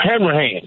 Hammerhand